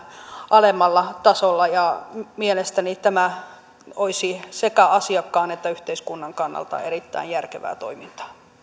alemmalla tasolla ja mielestäni tämä olisi sekä asiakkaan että yhteiskunnan kannalta erittäin järkevää toimintaa